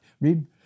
Read